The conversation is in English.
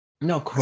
No